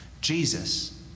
Jesus